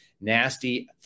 nasty